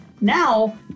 Now